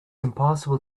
impossible